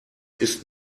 ist